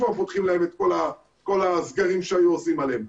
כבר פותחים להם את כל הסגרים שהיו עושים עליהם.